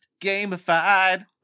gamified